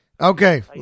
Okay